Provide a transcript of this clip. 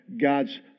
God's